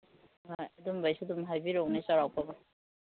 ꯍꯣꯏ ꯑꯗꯨꯒꯨꯝꯕꯒꯤꯁꯨ ꯑꯗꯨꯝ ꯍꯥꯏꯕꯤꯔꯛꯎꯅꯦ ꯆꯧꯔꯥꯛꯄ ꯑꯃ